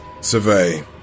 Survey